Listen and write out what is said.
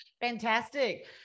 Fantastic